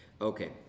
Okay